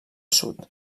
sud